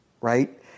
Right